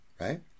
right